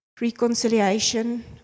reconciliation